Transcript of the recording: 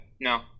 no